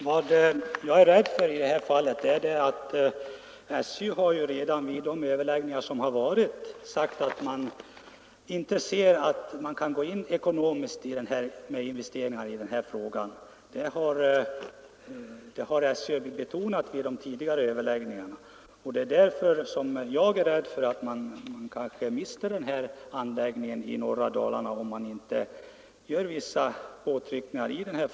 Herr talman! Vid de överläggningar som hittills förekommit har SJ redan sagt att SJ inte anser sig kunna göra några investeringar i det här fallet. Därför är jag rädd att vi kanske mister den här anläggningen i norra Dalarna, om det inte sker vissa påtryckningar.